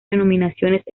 denominaciones